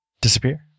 disappear